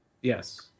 Yes